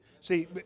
See